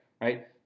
right